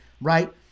right